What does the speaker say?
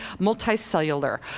multicellular